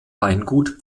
weingut